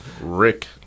Rick